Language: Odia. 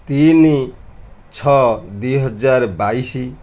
ତିନି ଛଅ ଦୁଇ ହଜାର ବାଇଶ